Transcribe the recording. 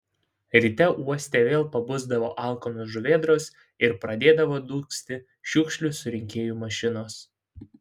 ryte uoste vėl pabusdavo alkanos žuvėdros ir pradėdavo dūgzti šiukšlių surinkėjų mašinos